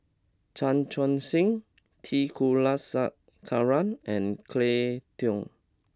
Chan Chun Sing T Kulasekaram and Cleo Thang